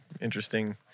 interesting